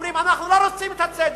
אומרים: לא רוצים את הצדק,